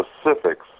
specifics